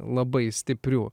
labai stiprių